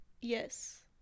Yes